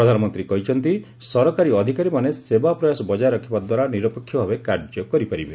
ପ୍ରଧାନମନ୍ତ୍ରୀ କହିଛନ୍ତି ସରକାରୀ ଅଧିକାରୀମାନେ ସେବା ପ୍ରୟାସ ବଜାୟ ରଖିବା ଦ୍ୱାରା ନିରପେକ୍ଷ ଭାବେ କାର୍ଯ୍ୟ କରିପାରିବେ